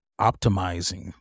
optimizing